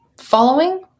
following